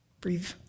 Breathe